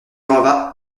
releva